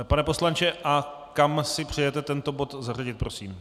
Pane poslanče, a kam si přejete tento bod zařadit, prosím?